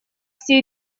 все